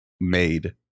made